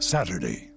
Saturday